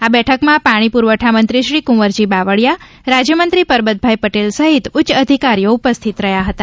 આ બેઠકમાં પાણી પુરવઠા મંત્રી શ્રી કુંવરજી બાવળીયા રાજ્યમંત્રી પરબતભાઇ પટેલ સહિત ઉચ્ચ અધિકારીઓ ઉપસ્થિત રહ્યાં હતાં